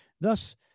Thus